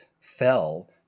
fell